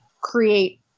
create